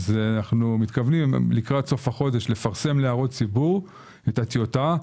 אנו מתכוונים לקראת סוף החודש לפרסם להערות הציבור את הטיוטה.